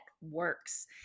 works